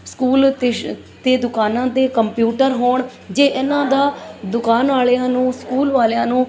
school ਤੇਸ਼ ਅਤੇ ਦੁਕਾਨਾਂ ਦੇ ਕੰਪਿਊਟਰ ਹੋਣ ਜੇ ਇਹਨਾਂ ਦਾ ਦੁਕਾਨ ਵਾਲਿਆਂ ਨੂੰ ਸਕੂਲ ਵਾਲਿਆਂ ਨੂੰ